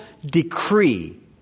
decree